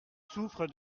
souffre